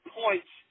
points